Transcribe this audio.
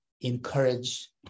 encourage